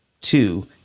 two